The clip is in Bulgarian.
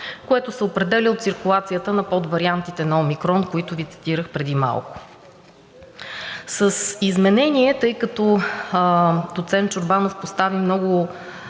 което се определя от циркулацията на подвариантите на омикрон, които Ви цитирах преди малко. Тъй като професор Чорбанов постави въпроса